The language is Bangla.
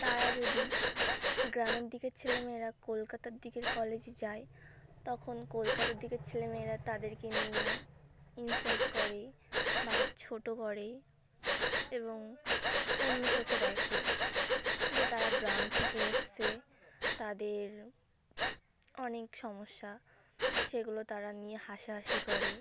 তারা যদি গ্রামের দিকের ছেলে মেয়েরা কলকাতার দিকের কলেজে যায় তখন কলকাতার দিকের ছেলে মেয়েরা তাদেরকে নিয়ে ইনসাল্ট করে বা ছোটো করে এবং অন্য চোখে দেখে যে তারা গ্রাম থেকে এসছে তাদের অনেক সমস্যা সেগুলো তারা নিয়ে হাসাহাসি করে